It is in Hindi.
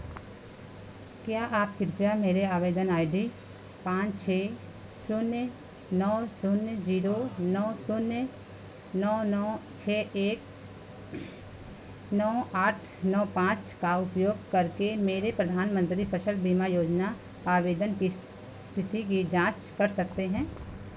क्या आप कृपया मेरे आवेदन आई डी पाँच छः शून्य नौ शून्य जीरो नौ शून्य नौ नौ छः एक नौ आठ नौ पाँच का उपयोग करके मेरे प्रधानमंत्री फसल बीमा योजना आवेदन की स्थिति की जांच कर सकते हैं